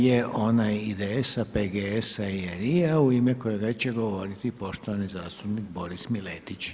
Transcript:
je onaj IDS-a, PGS-a i RI-a, u ime kojega će govoriti poštovani zastupnik Boris Miletić.